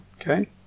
okay